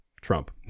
Trump